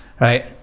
right